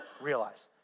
realize